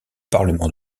parlement